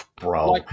bro